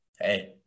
hey